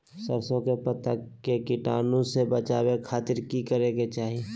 सरसों के पत्ता के कीटाणु से बचावे खातिर की करे के चाही?